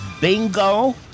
bingo